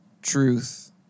Truth